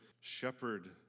shepherd